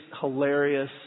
hilarious